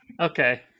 okay